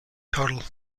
total